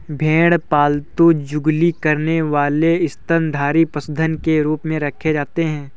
भेड़ पालतू जुगाली करने वाले स्तनधारी पशुधन के रूप में रखे जाते हैं